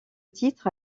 titre